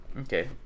okay